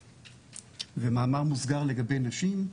ומאמר מוסגר לגבי נשים,